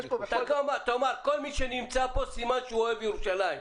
כל מי שנמצא פה, סימן שהוא אוהב ירושלים.